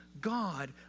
God